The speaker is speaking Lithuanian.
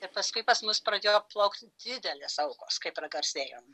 ir paskui pas mus pradėjo plaukti didelės aukos kai pragarsėjom